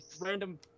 random